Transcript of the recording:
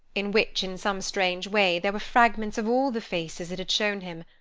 in which in some strange way there were fragments of all the faces it had shown him,